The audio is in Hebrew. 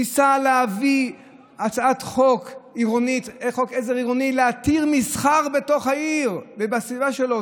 ניסה להביא חוק עזר עירוני להתיר מסחר בתוך העיר ובסביבה שלו.